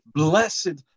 blessed